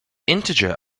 integer